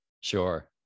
Sure